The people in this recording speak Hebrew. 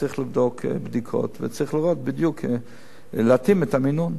צריך לבצע בדיקות וצריך להתאים בדיוק את המינון.